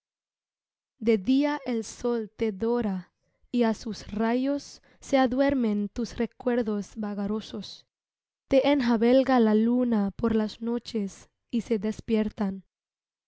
de día el sol te dora y á sus rayos se aduermen tus recuerdos vagarosos te enjabelga la luna por las noches y se despiertan